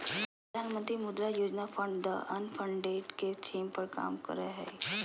प्रधानमंत्री मुद्रा योजना फंड द अनफंडेड के थीम पर काम करय हइ